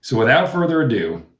so without further ado,